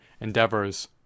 endeavors